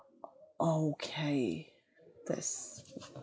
okay that's